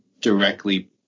directly